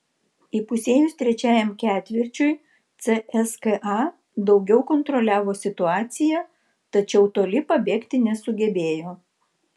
įpusėjus trečiajam ketvirčiui cska daugiau kontroliavo situaciją tačiau toli pabėgti nesugebėjo